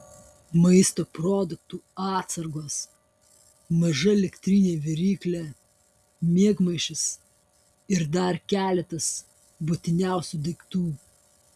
maisto produktų atsargos maža elektrinė viryklė miegmaišis ir dar keletas būtiniausių daiktų